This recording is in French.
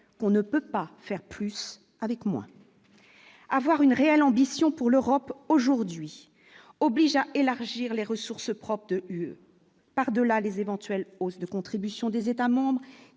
qu'on ne peut pas faire plus avec moins, avoir une réelle ambition pour l'Europe aujourd'hui oblige à élargir les ressources propres de plus par delà les éventuelles hausses de contribution des États-membres,